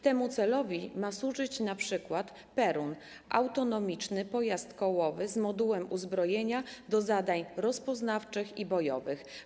Temu celowi ma służyć np. Perun, autonomiczny pojazd kołowy z modułem uzbrojenia do zadań rozpoznawczych i bojowych.